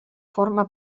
forma